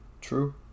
true